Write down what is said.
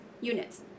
units